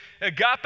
agape